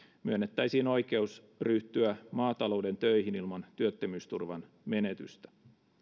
myönnettäisiin oikeus ryhtyä maatalouden töihin ilman työttömyysturvan menetystä